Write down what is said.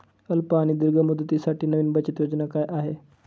अल्प आणि दीर्घ मुदतीसाठी नवी बचत योजना काय आहे?